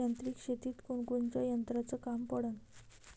यांत्रिक शेतीत कोनकोनच्या यंत्राचं काम पडन?